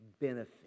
benefit